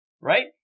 right